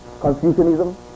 Confucianism